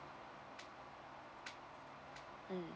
mm